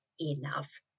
enough